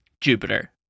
Jupiter